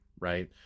right